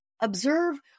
Observe